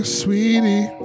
sweetie